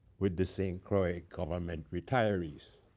with the st. croix government retirees.